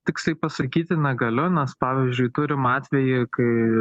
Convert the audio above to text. tiksliai pasakyti negaliu nes pavyzdžiui turim atvejį kai